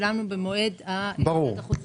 ושילמנו במועד כריתת החוזה.